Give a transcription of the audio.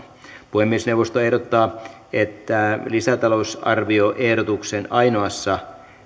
puhemiesneuvosto ehdottaa että lisätalousarvioehdotuksen ainoassa